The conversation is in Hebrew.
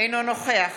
אינו נוכח